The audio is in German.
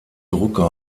drucker